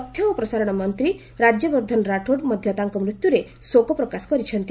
ତଥ୍ୟ ଓ ପ୍ରସାରଣ ମନ୍ତ୍ରୀ ରାଜ୍ୟବର୍ଦ୍ଧନ ରାଠୋଡ ମଧ୍ୟ ତାଙ୍କ ମୃତ୍ୟୁରେ ଶୋକ ପ୍ରକାଶ କରିଛନ୍ତି